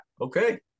Okay